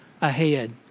ahead